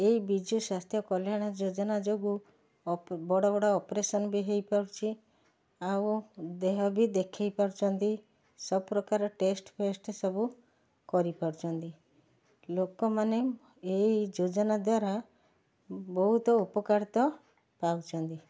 ଏଇ ବିଜୁ ସ୍ୱାସ୍ଥ୍ୟ କଲ୍ୟାଣ ଯୋଜନା ଯୋଗୁଁ ବଡ଼ ବଡ଼ ଅପରେସନ୍ ବି ହେଇପାରୁଛି ଆଉ ଦେହ ବି ଦେଖେଇପାରୁଛନ୍ତି ସବୁ ପ୍ରକାର ଟେଷ୍ଟ୍ ଫେଷ୍ଟ ସବୁ କରିପାରୁଛନ୍ତି ଲୋକମାନେ ଏଇ ଯୋଜନା ଦ୍ୱାରା ବହୁତ ଉପକାରିତ ପାଉଛନ୍ତି